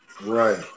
Right